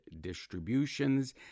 distributions